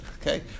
Okay